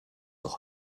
doch